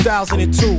2002